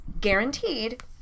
guaranteed